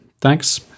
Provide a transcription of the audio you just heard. Thanks